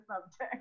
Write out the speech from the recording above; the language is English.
subject